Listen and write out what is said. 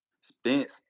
Spence